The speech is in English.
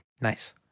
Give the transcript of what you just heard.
Nice